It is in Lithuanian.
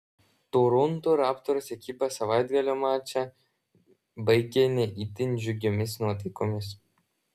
toronto raptors ekipa savaitgalio mačą baigė ne itin džiugiomis nuotaikomis